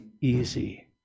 easy